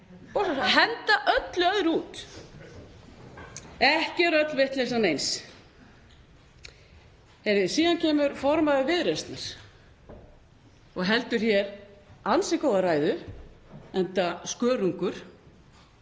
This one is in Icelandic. henda öllu öðru út. Ekki er öll vitleysan eins. Síðan kemur formaður Viðreisnar og heldur hér ansi góða ræðu, enda skörungur.